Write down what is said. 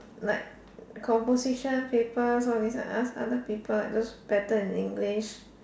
like composition paper some of you can ask other people like those better in English